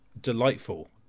delightful